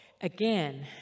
Again